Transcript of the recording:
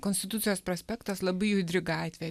konstitucijos prospektas labai judri gatvė